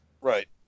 Right